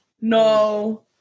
No